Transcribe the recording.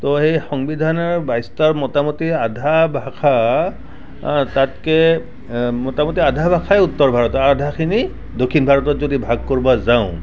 তো সেই সংবিধানৰ বাইছটাৰ মোটামুটি আধা ভাষা তাতকৈ মুটামুটি আধা ভাষাই উত্তৰ ভাৰতৰ আৰু আধাখিনি দক্ষিণ ভাৰতত যদি ভাগ কৰিব যাওঁ